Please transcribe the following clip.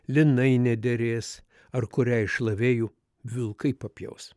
linai nederės ar kurią iš šlavėjų vilkai papjaus